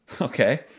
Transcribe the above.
okay